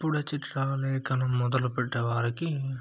ఇప్పుడే చిత్రలేఖనం మొదలుపెట్టే వారికి